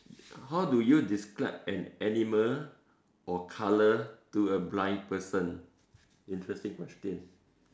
how do you describe an animal or colour to a blind person interesting question